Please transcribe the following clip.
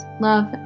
love